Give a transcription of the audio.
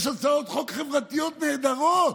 יש הצעות חוק חברתיות נהדרות.